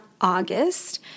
August